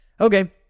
Okay